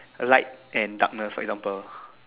light and darkness for example